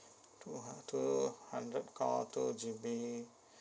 two hundred two hundred call two G_B